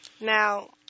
Now